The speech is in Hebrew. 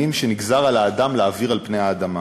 הימים שנגזר על האדם להעביר על פני האדמה.